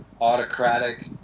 autocratic